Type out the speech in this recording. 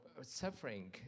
suffering